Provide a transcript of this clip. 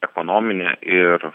ekonominė ir